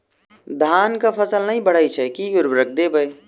धान कऽ फसल नै बढ़य छै केँ उर्वरक देबै?